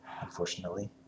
unfortunately